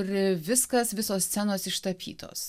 ir viskas visos scenos ištapytos